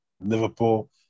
Liverpool